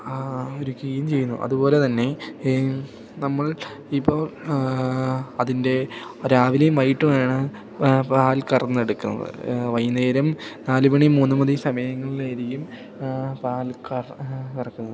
ഒരുക്കുകയും ചെയ്യുന്നു അതുപോലെ തന്നെ നമ്മൾ ഇപ്പോൾ അതിൻ്റെ രാവിലെയും വൈകിട്ടുമാണ് പാൽ കറന്നെടുക്കുന്നത് വൈകുന്നേരം നാലുമണി മൂന്നു മണി സമയങ്ങളിലായിരിക്കും പാൽ കറക്കുന്നത്